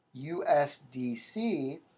USDC